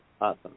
awesome